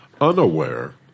unaware